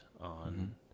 on